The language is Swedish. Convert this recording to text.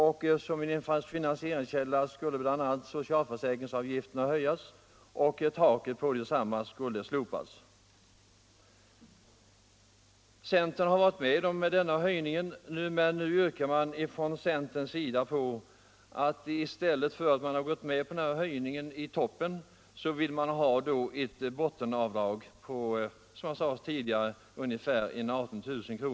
Denna skattesänkning skulle finansieras bl.a. genom en höjning av socialförsäkringsavgifterna och genom ett slopande av taket för dessa avgifter. Centern var med på denna höjning, men vill nu i stället ha ett bottenavdrag på, som jag tidigare sade, ungefär 18 000 kr.